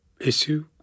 issue